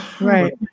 right